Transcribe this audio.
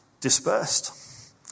dispersed